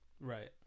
Right